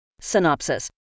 Synopsis